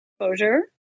exposure